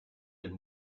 been